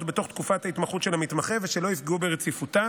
בתוך תקופת ההתמחות של המתמחה ושלא יפגעו ברציפותה.